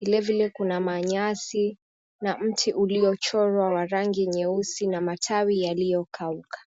Vile vile kuna manyasi na mti uliochorwa wa rangi nyeusi na matawi yaliyokauka.